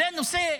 זה נושא,